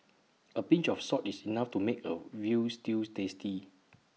A pinch of salt is enough to make A Veal Stew tasty